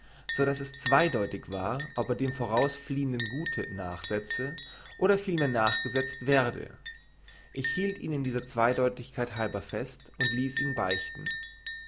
so daß es zweideutig war ob er dem vorausfliehenden gute nachseze oder vielmehr nachgesezt werde ich hielt ihn dieser zweideutigkeit halber fest und ließ ihn beichten